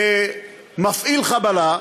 למפעיל חבלה,